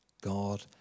God